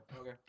Okay